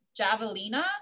javelina